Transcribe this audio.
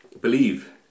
Believe